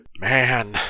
man